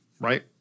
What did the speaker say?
right